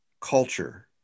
culture